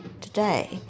Today